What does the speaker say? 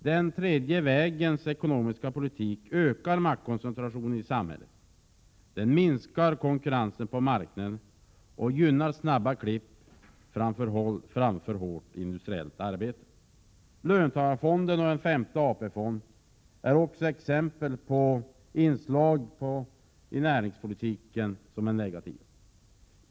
Den tredje vägens ekonomiska politik ökar maktkoncentrationen i samhället, den minskar konkurrensen på marknaden och gynnar snabba klipp framför hårt industriellt arbete. Löntagarfonder och en femte AP-fond är också exempel på inslag i näringspolitiken som är negativa.